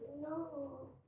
No